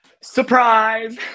Surprise